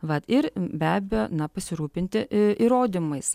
vat ir be abejo na pasirūpinti įrodymais